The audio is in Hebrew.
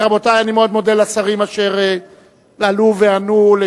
רבותי, אני מאוד מודה לשרים אשר עלו וענו על